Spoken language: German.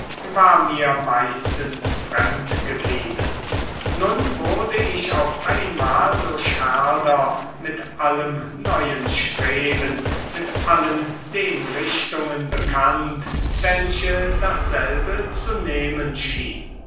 war mir meistens fremd geblieben nun wurde ich auf einmal durch herder mit allem neuen streben und mit allen den richtungen bekannt welche dasselbe zu nehmen schien